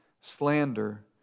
slander